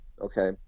Okay